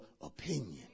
opinion